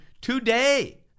today